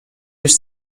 was